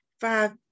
five